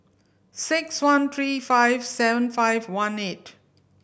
six one three five seven five one eight